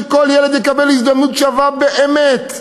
שכל ילד יקבל הזדמנות שווה באמת.